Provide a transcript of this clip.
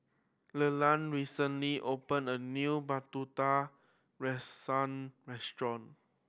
Leland recently opened a new rusa restaurant